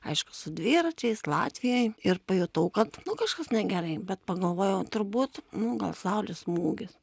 aišku su dviračiais latvijoj ir pajutau kad nu kažkas negerai bet pagalvojau turbūt nu gal saulės smūgis